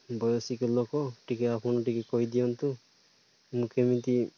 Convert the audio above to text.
ବୟସ୍କ ଲୋକ ଟିକେ ଆପଣ ଟିକେ କହିଦିଅନ୍ତୁ ମୁଁ କେମିତି